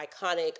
iconic